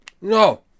No